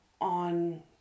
on